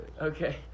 Okay